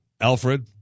Alfred